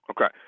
Okay